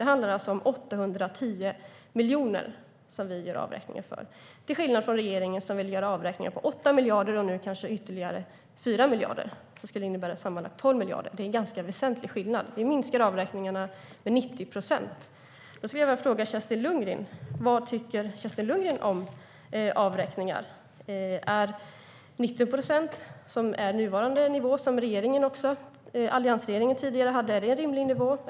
Det handlar alltså om 810 miljoner som vi gör avräkningar för - till skillnad från regeringen, som vill göra avräkningar på 8 miljarder och nu kanske ytterligare 4 miljarder. Det skulle innebära sammanlagt 12 miljarder. Det är en ganska väsentlig skillnad. Vi minskar avräkningarna med 90 procent. Jag skulle vilja fråga Kerstin Lundgren vad hon tycker om avräkningar. Är 90 procent, som är den nuvarande nivån och som även den tidigare alliansregeringen hade, en rimlig nivå?